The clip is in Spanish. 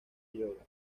yoga